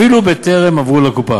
אפילו בטרם עברו לקופה.